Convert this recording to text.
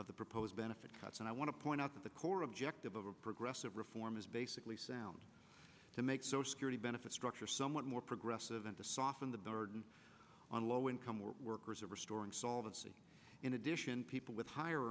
of the proposed benefit cuts and i want to point out that the core objective of progressive reform is basically sound to make security benefit structure somewhat more progressive and to soften the burden on low income workers and restoring solvency in addition people with higher